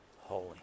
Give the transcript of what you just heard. holy